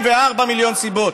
ו-34 מיליון סיבות,